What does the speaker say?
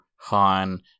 Han